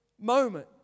moment